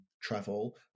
travel